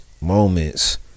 Moments